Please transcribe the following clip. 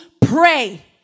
pray